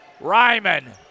Ryman